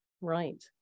Right